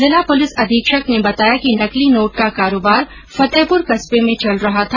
जिला पुलिस अधीक्षक ने बताया कि नकली नोट का कारोबार फतेहपुर कस्बे में चल रहा था